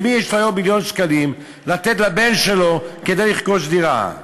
למי יש היום מיליון שקלים לתת לבן שלו כדי לרכוש דירה?